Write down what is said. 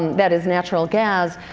that is natural gas,